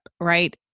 right